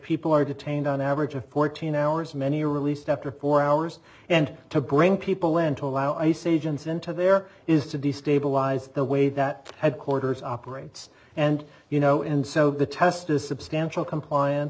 people are detained on average of fourteen hours many are released after four hours and to bring people into allow ice agents into there is to destabilize the way that headquarters operates and you know and so the test is substantial compliance